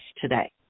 today